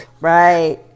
Right